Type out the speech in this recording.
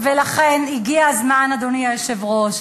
ולכן הגיע הזמן, אדוני היושב-ראש,